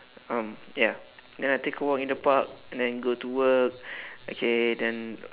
um ya then I take a walk in the park and then go to work okay then